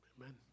Amen